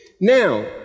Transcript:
Now